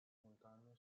montagne